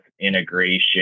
integration